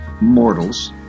mortals